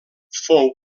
fou